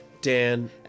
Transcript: Dan